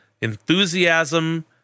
enthusiasm